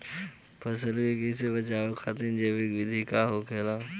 फसल के कियेसे बचाव खातिन जैविक विधि का होखेला?